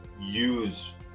use